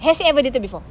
has he ever dated before